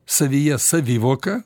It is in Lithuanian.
savyje savivoką